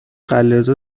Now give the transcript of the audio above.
قلاده